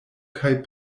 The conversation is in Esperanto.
kaj